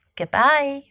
goodbye